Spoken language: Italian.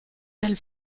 del